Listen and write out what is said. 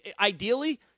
ideally